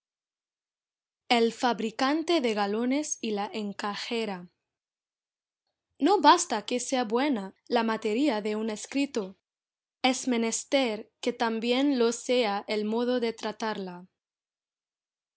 el fabricante de galones y la encajera no basta que sea buena la materia de un escrito es menester que también lo sea el modo de tratarla